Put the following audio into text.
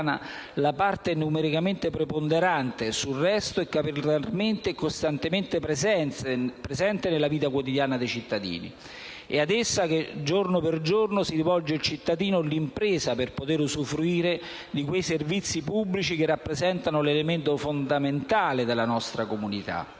la parte numericamente preponderante sul resto e capillarmente e costantemente presente nella vita quotidiana dei cittadini. È ad essa che giorno per giorno si rivolgono il cittadino o l'impresa, per poter usufruire di quei servizi pubblici che rappresentano l'elemento fondante della nostra comunità.